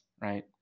Right